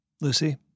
Lucy